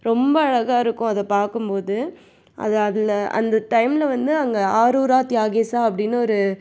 ரொம்ப அழகாக இருக்கும் அதை பார்க்கும்போது அது அதில் அந்த டைம்மில் வந்து அங்கே ஆரூரா தியாகேசா அப்படினு ஒரு